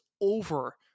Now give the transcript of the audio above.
over